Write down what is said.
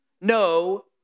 no